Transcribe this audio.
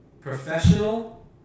professional